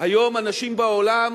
היום אנשים בעולם